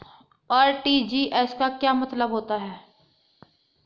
RTGS का क्या मतलब होता है?